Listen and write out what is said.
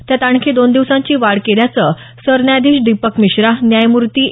त्यात आणखी दोन दिवसांची वाढ केल्याचं सरन्यायाधीश दीपक मिश्रा न्यायमूर्ती ए